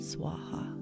Swaha